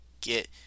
get